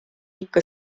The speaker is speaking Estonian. ikka